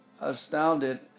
astounded